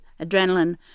Adrenaline